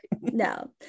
No